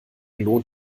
lohnt